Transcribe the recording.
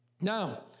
Now